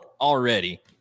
already